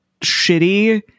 shitty